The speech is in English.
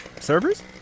servers